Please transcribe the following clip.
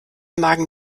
magen